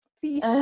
Fish